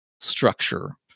structure